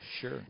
Sure